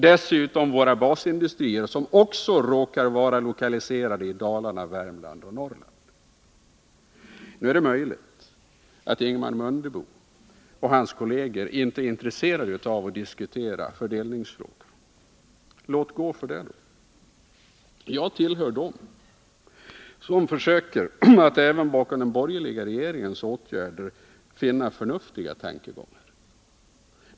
Dessutom drabbas våra basindustrier, som också råkar vara lokaliserade i Dalarna, Värmland och Norrland. Nu är det möjligt att Ingemar Mundebo och hans kolleger inte är intresserade av att diskutera fördelningsfrågor. Låt gå för det då! Jag tillhör dem som även bakom den borgerliga regeringens åtgärder försöker finna förnuftiga tankegångar.